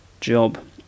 job